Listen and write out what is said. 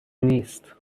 نیست